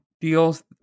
deals